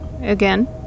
again